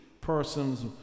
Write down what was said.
persons